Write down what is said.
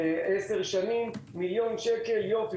עשר שנים, מיליון שקל, יופי.